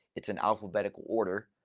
it's in alphabetical order.